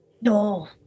No